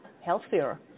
healthier